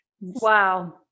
Wow